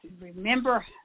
Remember